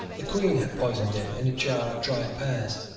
the queen had poisoned him in a jar of dried pears.